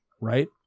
Right